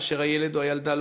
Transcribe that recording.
כאשר הילד או הילדה,